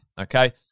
Okay